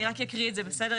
אקריא את זה, בסדר?